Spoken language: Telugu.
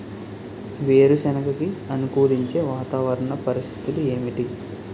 వేరుసెనగ కి అనుకూలించే వాతావరణ పరిస్థితులు ఏమిటి?